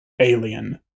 alien